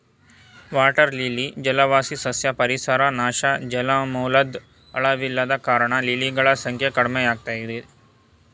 water lily ಜಲವಾಸಿ ಸಸ್ಯ ಪರಿಸರ ನಾಶ ಜಲಮೂಲದ್ ಆಳವಿಲ್ಲದ ಕಾರಣ ಲಿಲಿಗಳ ಸಂಖ್ಯೆ ಕಡಿಮೆಯಾಗಯ್ತೆ